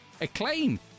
Acclaim